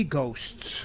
Ghosts